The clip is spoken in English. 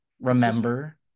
remember